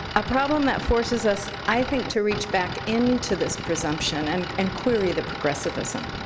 a problem that forces us, i think, to reach back into this presumption and and query the progressivism.